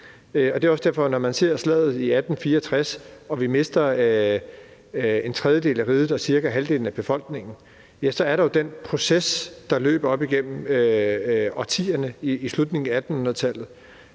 dag. Det er også derfor, at der, når man ser på slaget i 1864, og at vi mister en tredjedel af riget og cirka halvdelen af befolkningen, jo er den proces, der løb op igennem årtierne i slutningen af 1800-tallet,